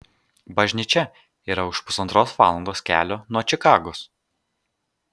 bažnyčia yra už pusantros valandos kelio nuo čikagos